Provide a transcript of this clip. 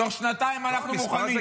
תוך שנתיים אנחנו מוכנים.